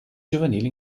giovanili